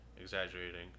exaggerating